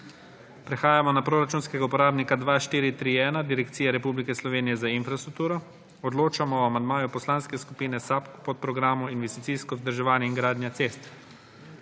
Prehajamo na proračunskega uporabnika 2431 – Direkcija Republike Slovenije za infrastrukturo. Odločamo o amandmaju Poslanske skupine SAB k Podprogramu investicijsko vzdrževanje in gradnja cest.